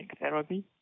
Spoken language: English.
therapy